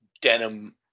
denim